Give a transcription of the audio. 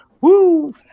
Woo